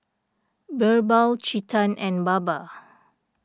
Birbal Chetan and Baba